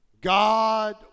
God